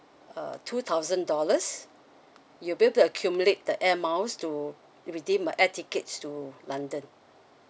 uh two thousand dollars you'll be to accumulate the air miles to redeem a air tickets to london